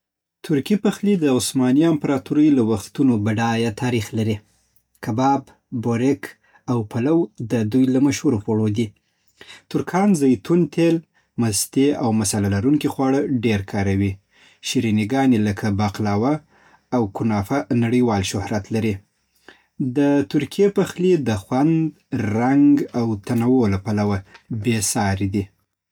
ترکی پخلی د عثماني امپراتورۍ له وختونو بډایه تاریخ لري. کباب، بورېک، او پلو د دوی له مشهورو خوړو دي. ترکان زیتون تېل، مستې او مصاله‌لرونکي خواړه ډېر کاروي. شیریني‌ګانې لکه باقلوا او کُنافه نړیوال شهرت لري. د ترکیې پخلی د خوند، رنګ او تنوع له پلوه بېسارې دی.